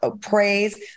praise